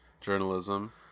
journalism